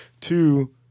two